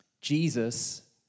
Jesus